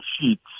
sheets